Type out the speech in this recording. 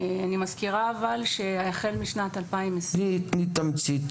אבל אני מזכירה שהחל משנת --- תני תמצית,